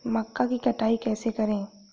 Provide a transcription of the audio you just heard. मक्का की कटाई कैसे करें?